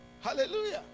Hallelujah